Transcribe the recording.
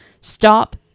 Stop